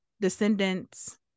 descendants